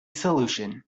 solution